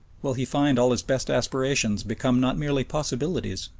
will he find all his best aspirations become not merely possibilities,